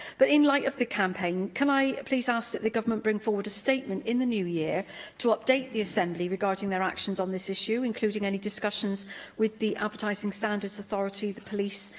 but in light of the campaign, can i please ask that the government bring forward a statement in the new year to update the assembly regarding their actions on this issue, including any discussions with the advertising standards authority, the police,